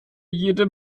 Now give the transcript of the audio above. jede